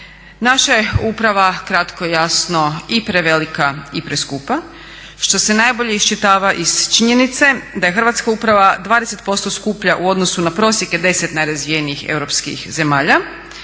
Naša je uprava kratko i jasno i prevelika i preskupa što se najbolje iščitava iz činjenice da je hrvatska uprava 20% skuplja u odnosu na prosjeke 10 najrazvijenijih europskih zemalja